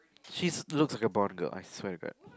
she's looks a bond girl I swear to god